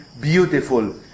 beautiful